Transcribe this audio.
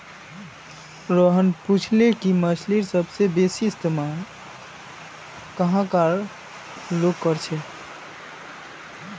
रोहन पूछले कि मछ्लीर सबसे बेसि इस्तमाल कुहाँ कार लोग कर छे